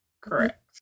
Correct